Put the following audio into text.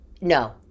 no